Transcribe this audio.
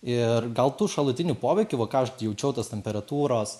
ir gal tų šalutinių poveikių va ką aš jaučiau tos temperatūros